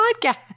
podcast